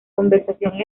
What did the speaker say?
conversión